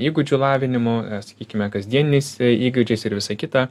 įgūdžių lavinimu sakykime kasdieniais įgūdžiais ir visa kita